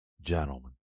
gentlemen